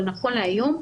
אבל נכון להיום,